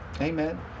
Amen